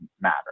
matter